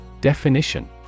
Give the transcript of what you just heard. Definition